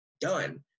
done